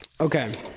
Okay